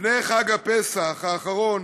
לפני חג הפסח האחרון